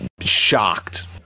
shocked